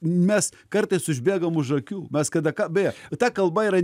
mes kartais užbėgam už akių mes kada ką beje ta kalba yra